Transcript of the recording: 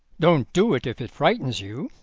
don't do it if it frightens you,